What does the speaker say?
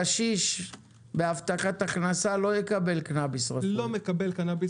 קיש בהבטחת הכנסה לא יקבל קנביס רפואי.